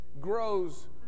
grows